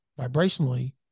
vibrationally